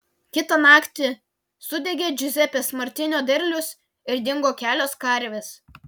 kitą naktį sudegė džiuzepės martinio derlius ir dingo kelios karvės